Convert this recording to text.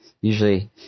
usually